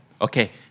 Okay